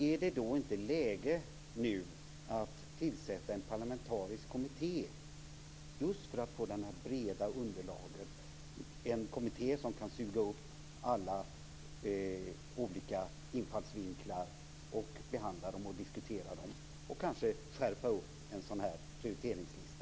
Är det då inte läge nu att tillsätta en parlamentarisk kommitté just för att få det här breda underlaget, en kommitté som kan suga upp alla olika infallsvinklar, behandla och diskutera dem och kanske skärpa upp en sådan här prioriteringslista?